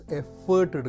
effort